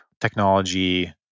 technology